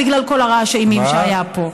בגלל כל רעש האימים שהיה פה.